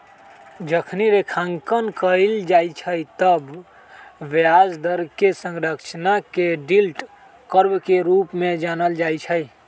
जखनी रेखांकन कएल जाइ छइ तऽ ब्याज दर कें संरचना के यील्ड कर्व के रूप में जानल जाइ छइ